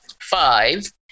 Five